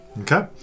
Okay